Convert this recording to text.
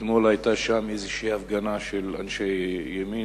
אתמול היתה שם איזו הפגנה של אנשי ימין,